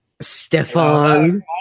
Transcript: Stefan